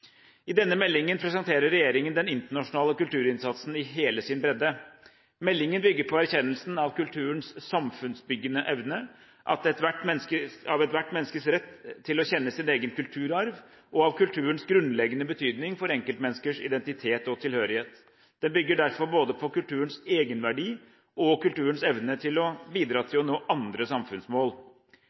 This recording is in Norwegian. I denne meldingen presenterer regjeringen den internasjonale kulturinnsatsen i hele sin bredde. Meldingen bygger på erkjennelsen av kulturens samfunnsbyggende evne, av ethvert menneskes rett til å kjenne sin egen kulturarv, og av kulturens grunnleggende betydning for enkeltmenneskets identitet og tilhørighet. Den bygger derfor både på kulturens egenverdi og på kulturens evne til å bidra til å nå andre samfunnsmål.